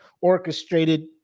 orchestrated